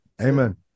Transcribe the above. Amen